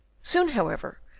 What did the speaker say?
soon, however,